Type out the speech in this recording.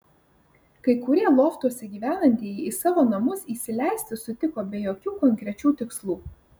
kai kurie loftuose gyvenantieji į savo namus įsileisti sutiko be jokių konkrečių tikslų